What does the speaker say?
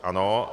Ano.